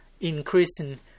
increasing